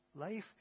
life